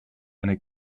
eine